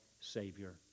Savior